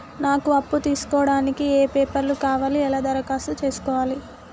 నాకు అప్పు తీసుకోవడానికి ఏ పేపర్లు కావాలి ఎలా దరఖాస్తు చేసుకోవాలి?